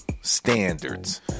standards